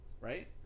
Right